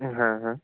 হ্যাঁ হ্যাঁ